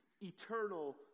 eternal